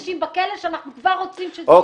יש אנשים בכלא שאנחנו כבר רוצים שזה יחול לגביהם.